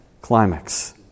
Climax